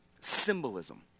Symbolism